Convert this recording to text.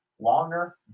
longer